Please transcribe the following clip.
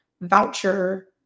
voucher